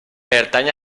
pertany